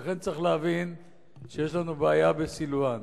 לכן צריך להבין שיש לנו בעיה בסילואן.